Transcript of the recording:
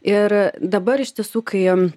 ir dabar iš tiesų kai